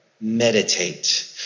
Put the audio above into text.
meditate